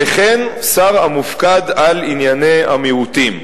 וכן שר המופקד על ענייני המיעוטים.